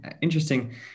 interesting